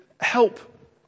help